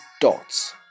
dots